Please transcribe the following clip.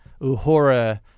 Uhura